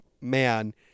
Man